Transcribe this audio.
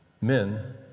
men